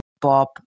Bob